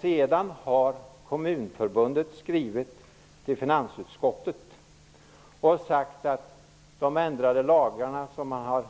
Slutligen har Kommunförbundet skrivit till finansutskottet att de ändrade lagar som